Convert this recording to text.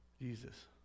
Jesus